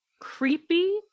creepy